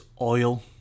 oil